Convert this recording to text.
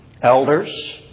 Elders